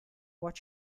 what